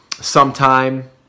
Sometime